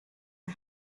are